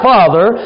Father